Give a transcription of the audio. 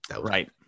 Right